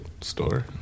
store